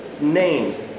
names